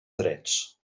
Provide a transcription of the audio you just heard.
drets